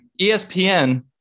ESPN